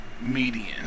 median